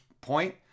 point